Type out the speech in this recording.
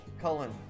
Cullen